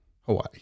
Hawaii